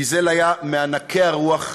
ויזל היה מענקי הרוח,